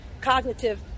cognitive